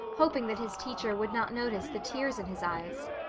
hoping that his teacher would not notice the tears in his eyes.